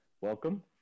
Welcome